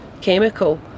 chemical